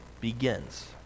begins